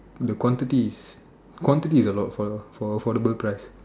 the quantity is quantity is a lot for a for a affordable price